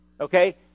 Okay